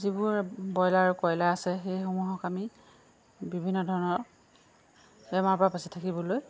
যিবোৰ ব্ৰইলাৰ আৰু কইলাৰ আছে সেইসমূহক আমি বিভিন্ন ধৰণৰ বেমাৰৰ পৰা বাচি থাকিবলৈ